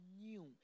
new